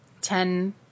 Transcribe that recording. Ten